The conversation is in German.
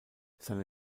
seine